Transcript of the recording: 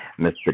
Mr